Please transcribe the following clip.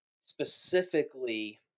specifically